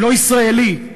לא ישראלי.